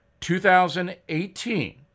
2018